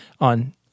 on